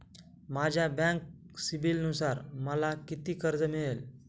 माझ्या बँक सिबिलनुसार मला किती कर्ज मिळेल?